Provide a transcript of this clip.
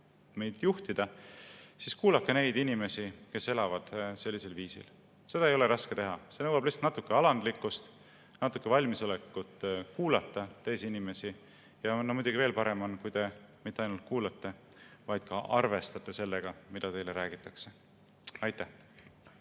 poole juhtida, siis kuulake neid inimesi, kes elavad sellisel viisil. Seda ei ole raske teha, see nõuab lihtsalt natuke alandlikkust, natuke valmisolekut kuulata teisi inimesi. Muidugi, veel parem on, kui te mitte ainult ei kuula, vaid ka arvestate sellega, mida teile räägitakse. Aitäh!